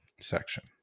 section